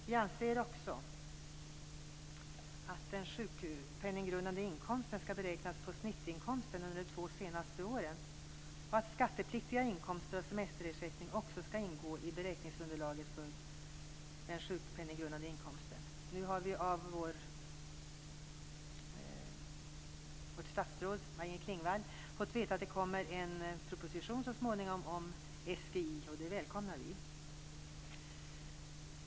Vi anser också att den sjukpenninggrundande inkomsten skall beräknas på snittinkomsten under de två senaste åren och att skattepliktiga inkomster och semesterersättning också skall ingå i beräkningsunderlaget för den sjukpenninggrundande inkomsten. Nu har vi av vårt statsråd, Maj-Inger Klingvall, fått veta att det så småningom kommer en proposition om SPI. Det välkomnar vi.